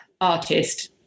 artist